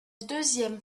deuxième